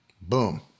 boom